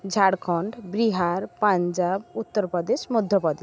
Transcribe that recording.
Jharkhand Bihar Punjab Uttar Pradesh Madhya Pradesh